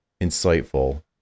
insightful